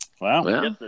Wow